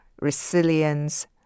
resilience